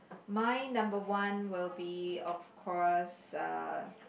my number one will be of course uh